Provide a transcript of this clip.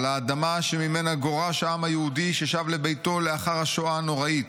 על האדמה שממנה גורש העם היהודי ששב לביתו לאחר השואה הנוראית.